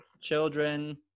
children